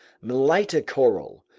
melita coral,